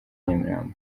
nyamirambo